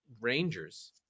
Rangers